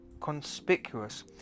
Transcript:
conspicuous